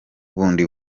bundi